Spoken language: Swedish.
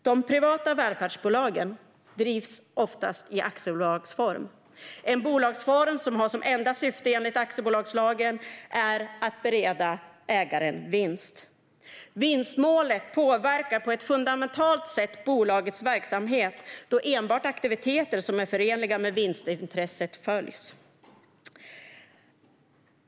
De privata välfärdsbolagen drivs oftast i aktiebolagsform. Det är en bolagsform som enligt aktiebolagslagen har som enda syfte att bereda ägaren vinst. Vinstmålet påverkar på ett fundamentalt sätt bolagets verksamhet, då enbart aktiviteter som är förenliga med vinstintresset bedrivs.